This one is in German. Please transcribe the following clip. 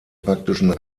praktischen